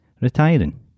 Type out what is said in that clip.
retiring